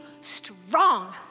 strong